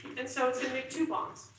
and so it's gonna make two bonds.